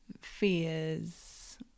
fears